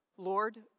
Lord